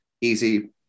easy